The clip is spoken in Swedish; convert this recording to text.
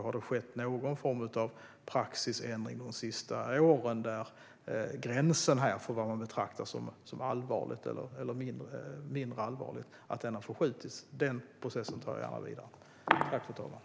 Har det skett någon form av praxisändring de senaste åren, där gränsen för vad man betraktar som allvarligt eller mindre allvarligt har förskjutits? Den processen tar jag gärna vidare.